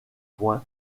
poing